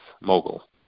mogul